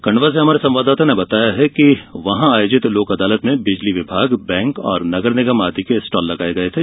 खंडवा से हमारे संवाददाता ने बताया है कि जिले में आयोजित लोक अदालत में बिजली विभाग बैंक नगरनिगम आदि के स्टॉल लगाये गये थे